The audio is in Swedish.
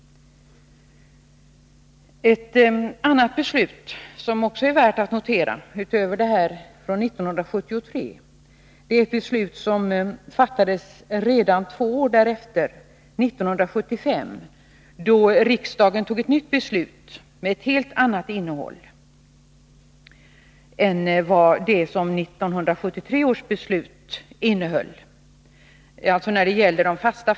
Ett annat beslut, som också är värt att notera, fattades redan två år därefter, alltså 1975. Riksdagen fattade då ett nytt beslut med ett helt annat innehåll när det gäller de fasta förbindelserna över Öresund än 1973 års beslut.